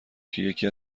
که، یکی